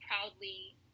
proudly